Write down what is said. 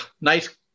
nice